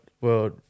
World